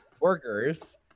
workers